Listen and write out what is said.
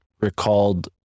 recalled